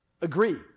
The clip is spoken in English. Agree